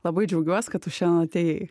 labai džiaugiuos kad tu šiandien atėjai